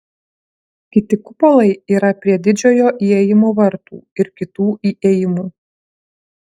kiti kupolai yra prie didžiojo įėjimo vartų ir kitų įėjimų